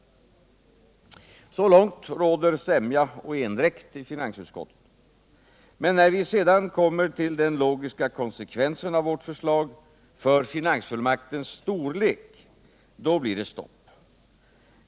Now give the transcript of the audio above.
Så långt råder sämja och endräkt i finansutskottet. Men när vi sedan kommer till den logiska konsekvensen av vårt förslag för finansfullmaktens storlek, då blir det stopp.